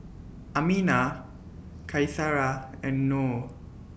Aminah Qaisara and Noh